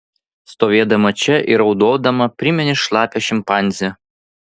stovėdama čia ir raudodama primeni šlapią šimpanzę